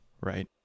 right